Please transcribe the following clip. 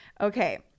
Okay